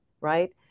right